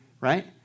Right